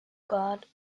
god